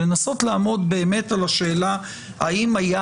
לנסות לעמוד באמת על השאלה האם היד